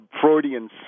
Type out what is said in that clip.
Freudian